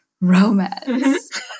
romance